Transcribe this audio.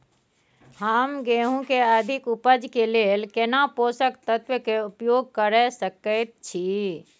हम गेहूं के अधिक उपज के लेल केना पोषक तत्व के उपयोग करय सकेत छी?